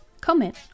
Comment